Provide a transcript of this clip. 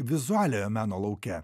vizualiojo meno lauke